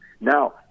Now